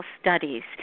studies